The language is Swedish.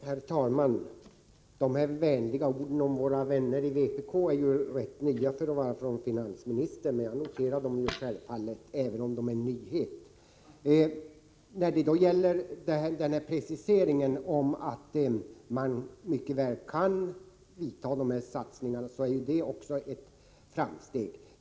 Herr talman! De vänliga orden om vännerna från vpk har vi inte hört förut från finansministern. Jag noterar dem självfallet, även om de var en nyhet. Preciseringen att Nordfonden mycket väl kan göra de av mig aktualiserade satsningarna är ett framsteg.